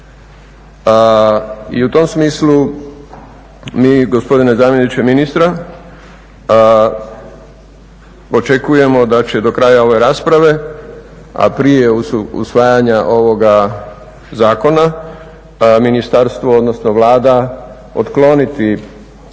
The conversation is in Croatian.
I u tom smislu mi gospodine zamjeniče ministra očekujemo da će do kraja ove rasprave a prije usvajanja ovoga zakona ministarstvo odnosno Vlada otkloniti